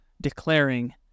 declaring